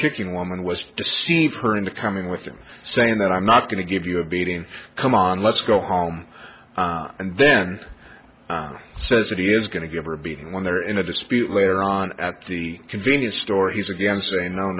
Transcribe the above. kicking woman was deceived her into coming with him saying that i'm not going to give you a beating come on let's go home and then says that he is going to give her a beating when they're in a dispute later on at the convenience store he's again